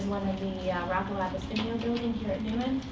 one in the ah rocco abessinio building here at neumann,